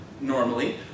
normally